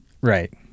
Right